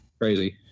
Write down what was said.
Crazy